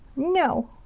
no!